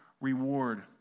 reward